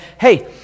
hey